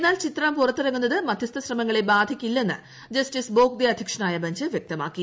എന്നാൽ ചിത്രം പുറത്തിറങ്ങുന്നത് മധൃസ്ഥ ശ്രമങ്ങളെ ബാധിക്കില്ലെന്ന് ജസ്റ്റിസ് ബോഗ്ദെ അധ്യക്ഷനായ ബഞ്ച് വ്യക്തമാക്കി